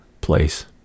place